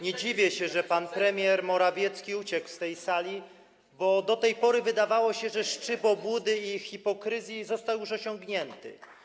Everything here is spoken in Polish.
Nie dziwię się, że pan premier Morawiecki uciekł z tej sali, bo do tej pory wydawało się, że szczyt obłudy i hipokryzji został już osiągnięty.